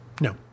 No